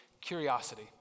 curiosity